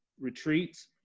retreats